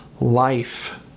life